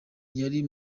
yari